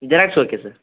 xerox okay sir